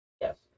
Yes